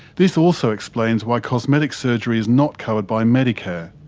this also explains why cosmetic surgery is not covered by medicare,